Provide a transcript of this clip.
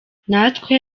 natwe